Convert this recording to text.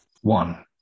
one